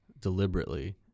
deliberately